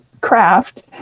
craft